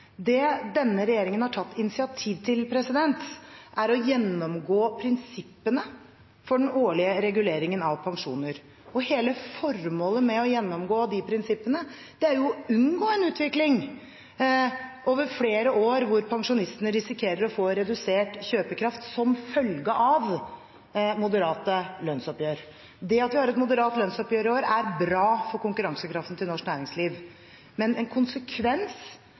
Det denne regjeringen har tatt initiativ til, er å gjennomgå prinsippene for den årlige reguleringen av pensjoner, og hele formålet med å gjennomgå de prinsippene er å unngå en utvikling over flere år hvor pensjonistene risikerer å få redusert kjøpekraft som følge av moderate lønnsoppgjør. Det at vi har et moderat lønnsoppgjør i år, er bra for konkurransekraften til norsk næringsliv. Men en konsekvens